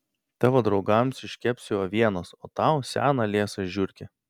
tavo draugams iškepsiu avienos o tau seną liesą žiurkę